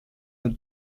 her